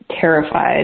terrified